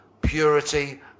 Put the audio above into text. purity